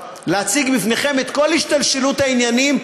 להציג בפניכם את כל השתלשלות העניינים,